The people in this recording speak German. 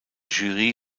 jury